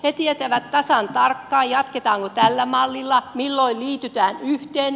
he tietävät tasan tarkkaan jatketaanko tällä mallilla milloin liitytään yhteen